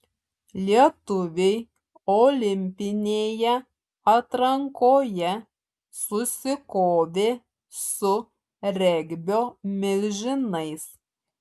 lietuviai olimpinėje atrankoje susikovė su regbio milžinais